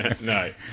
No